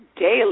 daily